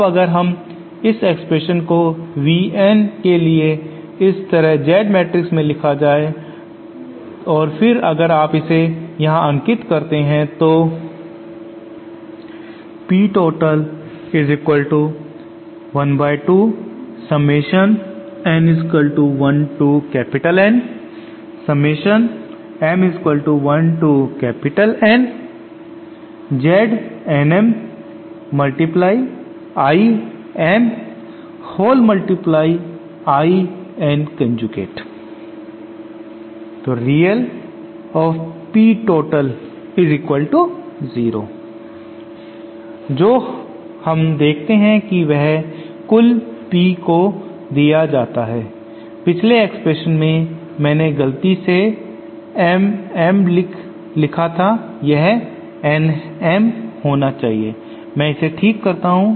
अब अगर हम इस एक्सप्रेशन को V N के लिए इस तरह Z मैट्रिक्स से लिखा जाए और फिर अगर आप इसे यहां अंकित करते हैं तो जो हम देखते है कि वह कुल P को दिया जाता है पिछले एक्सप्रेशन में मैंने गलती से Mm लिखा था यह Nm होना चाहिए मैं इसे ठीक करता हूं